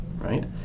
right